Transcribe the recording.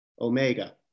Omega